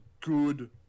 good